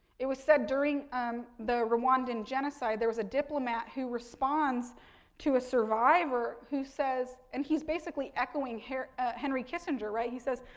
it was said during the rwandan genocide, there was a diplomat who responds to a survivor, who says, and he's basically echoing henry kissinger, right, he says,